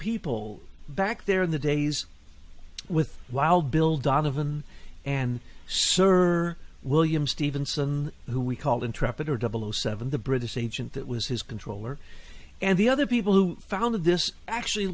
people back there in the days with wild bill donovan and server william stevenson who we call intrepid or double seven the british agent that was his controller and the other people who founded this actually